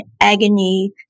agony